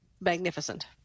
magnificent